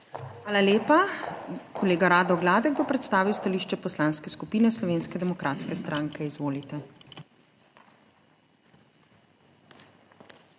Hvala lepa. Kolega Rado Gladek bo predstavil stališče Poslanske skupine Slovenske demokratske stranke. Izvolite. **RADO